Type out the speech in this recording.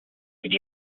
could